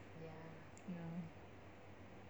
ya